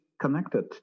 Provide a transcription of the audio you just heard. connected